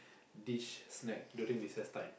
dish snack during recess time